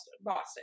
Boston